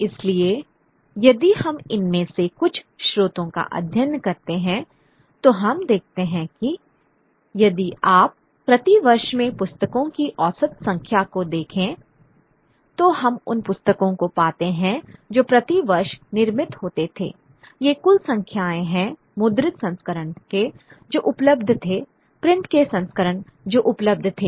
इसलिए यदि हम इनमें से कुछ स्रोतों का अध्ययन करते हैं तो हम देखते हैं कि यदि आप प्रति वर्ष में पुस्तकों की औसत संख्या को देखते हैं तो हम उन पुस्तकों को पाते हैं जो प्रति वर्ष निर्मित होते थे ये कुल संख्याएँ हैं मुद्रित संस्करण के जो उपलब्ध थे प्रिंट के संस्करण जो उपलब्ध थे